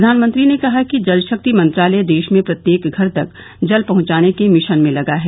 प्रधानमंत्री ने कहा कि जल शक्ति मंत्रालय देश में प्रत्येक घर तक जल पहुंचाने के मिशन में लगा है